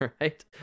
Right